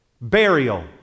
burial